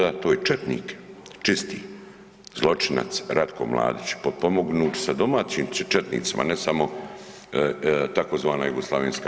Da, to je četnik čisti, zločinac Ratko Mladić potpomognut sa domaćim četnicima, ne samo tzv. JNA.